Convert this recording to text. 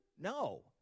No